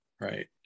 right